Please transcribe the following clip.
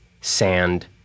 sand